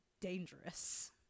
dangerous